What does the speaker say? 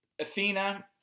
Athena